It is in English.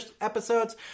episodes